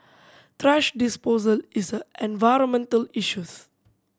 thrash disposal is an environmental issues